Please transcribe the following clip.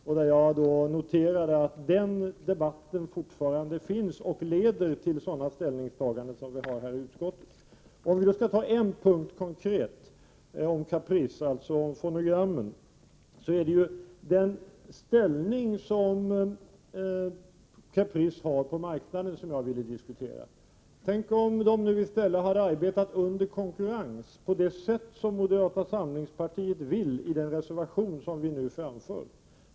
Jag noterade i mitt inlägg att den debatten fortfarande pågår och leder till sådana ställningstaganden som i utskottet. En konkret punkt. Jag ville diskutera Caprice och fonogrammen och deras ställning. Tänk om de i stället hade arbetat under konkurrens på det sätt som moderata samlingspartiet vill i den reservation som vi nu framför.